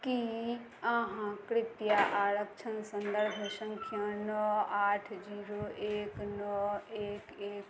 कि अहाँ कृपया आरक्षण सन्दर्भ सँख्या नओ आठ जीरो एक नओ एक एक